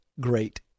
great